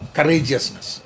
Courageousness